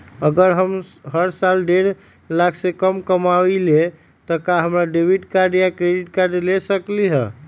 अगर हम हर साल डेढ़ लाख से कम कमावईले त का हम डेबिट कार्ड या क्रेडिट कार्ड ले सकली ह?